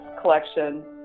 collection